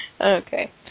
Okay